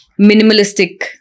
minimalistic